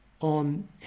on